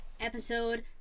episode